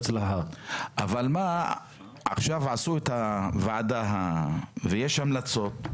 עכשיו עשו את הוועדה ויש המלצות,